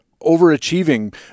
overachieving